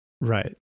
right